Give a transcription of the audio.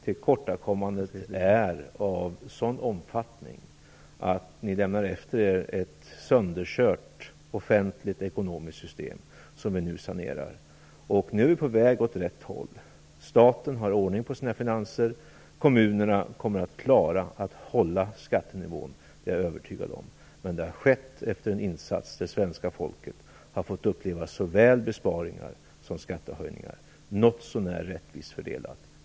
Tillkortakommandet är av en sådan omfattning att ni lämnar efter er ett sönderkört offentligt ekonomiskt system som vi nu sanerar. Nu är vi på väg åt rätt håll. Staten har ordning på sina finanser, och kommunerna kommer att klara att hålla skattenivån, det är jag övertygad om. Men det har skett efter en insats då svenska folket har fått uppleva såväl besparingar som skattehöjningar som har varit något så när rättvist fördelade.